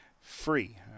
free